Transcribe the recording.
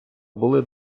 були